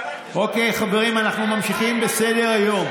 אוקיי, חברים, אנחנו ממשיכים בסדר-היום.